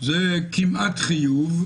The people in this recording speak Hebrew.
זה כמעט חיוב.